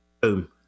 Boom